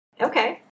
Okay